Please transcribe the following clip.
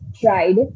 tried